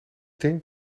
denk